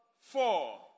four